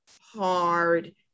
hard